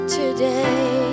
today